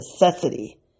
necessity